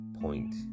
point